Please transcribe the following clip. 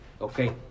Okay